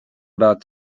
about